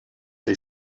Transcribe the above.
see